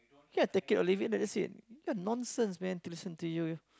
ya take it or leave it then that's it you are nonsense man to listen to you